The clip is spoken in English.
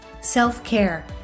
self-care